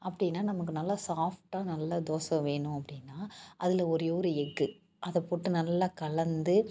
அப்படின்னா நமக்கு நல்லா சாஃப்ட்டாக நல்லா தோசை வேணும் அப்படின்னா அதில் ஒரே ஒரு எக்கு அதை போட்டு நல்லா கலந்து